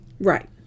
Right